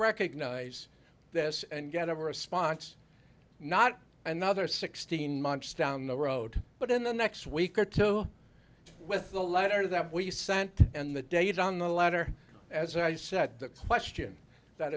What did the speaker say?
recognize this and get a response not another sixteen months down the road but in the next week or two with the letter that we sent and the date on the latter as i said the question that